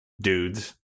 dudes